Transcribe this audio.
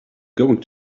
going